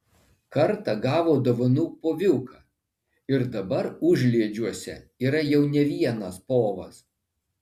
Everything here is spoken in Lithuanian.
kartą gavo dovanų poviuką ir dabar užliedžiuose yra jau ne vienas povas